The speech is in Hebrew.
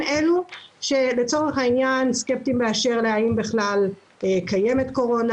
סקפטיים באשר האם בכלל קיימת קורונה,